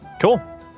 cool